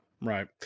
right